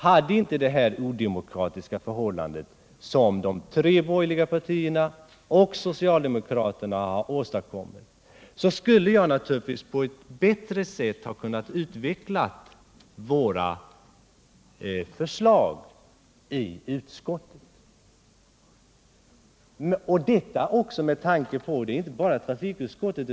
Hade inte det här odemokratiska förhållandet rått, som de tre borgerliga partierna och socialdemokraterna har åstadkommit, skulle jag naturligtvis på ett bättre sätt kunnat utveckla våra förslag i utskottet. Detta gäller inte bara trafikutskottet.